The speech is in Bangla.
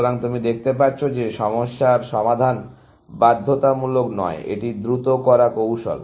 সুতরাং তুমি দেখতে পাচ্ছ যে সমস্যার সমাধান বাধ্যতামূলক নয় একটি দ্রুত করা কৌশল